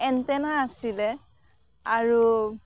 antenna আছিলে আৰু